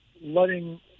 letting